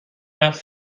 رفت